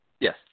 Yes